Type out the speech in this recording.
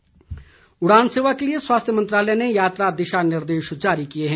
स्वास्थ्य मंत्रालय उड़ान सेवा के लिए स्वास्थ्य मंत्रालय ने यात्रा दिशा निर्देश जारी किए हैं